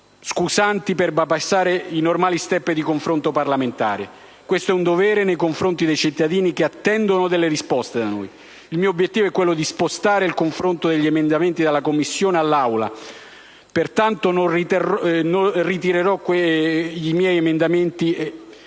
scusanti per bypassare i normali *step* di confronto parlamentare. Questo è un dovere nei confronti dei cittadini che attendono da noi le risposte. Il mio obiettivo è quello di spostare il confronto degli emendamenti dalla Commissione all'Aula. Pertanto, non ritirerò quelli a